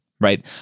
right